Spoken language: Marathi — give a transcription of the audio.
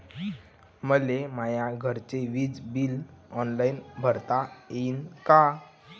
मले माया घरचे विज बिल ऑनलाईन भरता येईन का?